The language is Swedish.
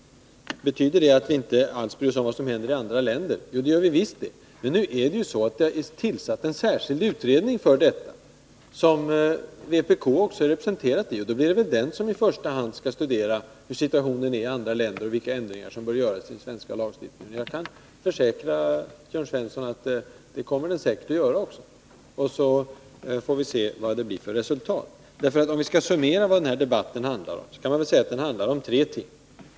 Det betyder inte att vi inte bryr oss om vad som händer i andra länder. Det gör vi visst det! Men nu är det ju så att vi har tillsatt en särskild utredning för denna fråga. I denna utredning är även vpk representerat. Det är denna utredning som i första hand bör studera situationen i andra länder och vilka förändringar som bör göras i den svenska lagstiftningen. Jag kan försäkra Jörn Svensson om att utredningen kommer att göra det. Vi får sedan se vad det blir för resultat. En summering av vad denna diskussion handlar om visar att den gäller tre saker.